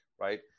right